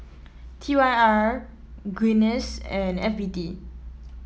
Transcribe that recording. T Y R Guinness and F B T